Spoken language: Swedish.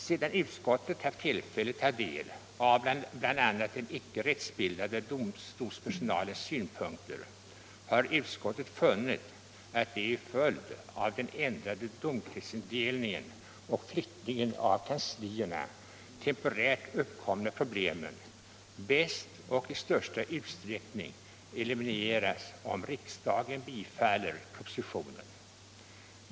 Sedan utskottet haft tillfälle ta del av bl.a. den icke rättsbildade domstolspersonalens synpunkter har utskottet funnit att de till följd av den ändrade domkretsindelningen och flyttningen av kanslierna temporärt uppkommande problemen bäst och i största utsträckning elimineras om riksdagen bifaller propositionen.